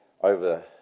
over